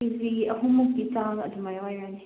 ꯀꯦꯖꯤ ꯑꯍꯨꯝꯃꯨꯛꯀꯤ ꯆꯥꯡ ꯑꯗꯨꯃꯥꯏꯅ ꯑꯣꯏꯔꯅꯤ